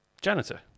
Janitor